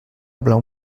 blau